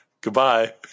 Goodbye